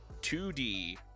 2d